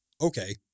okay